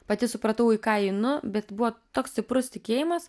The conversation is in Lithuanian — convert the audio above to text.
pati supratau į ką einu bet buvo toks stiprus tikėjimas